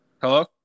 Hello